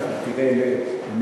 הבחנה, הבחנה חדה.